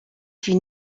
fut